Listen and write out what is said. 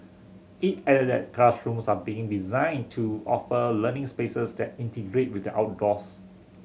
it added that classrooms are being designed to offer learning spaces that integrate with the outdoors